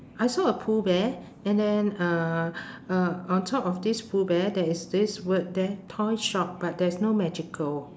I saw a pooh bear and then uh uh on top of this pooh bear there is this word there toy shop but there is no magical